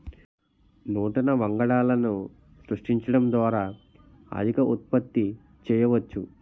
నూతన వంగడాలను సృష్టించడం ద్వారా అధిక ఉత్పత్తి చేయవచ్చు